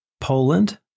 Poland